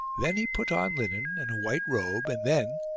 then he put on linen and a white robe, and then,